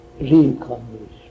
Reincarnation